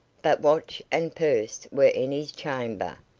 but watch and purse were in his chamber,